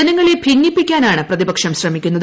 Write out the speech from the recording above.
ജനങ്ങളെ ഭിന്നിപ്പിക്കാനാണ് പ്രതിപക്ഷം ശ്രമിക്കുന്നത്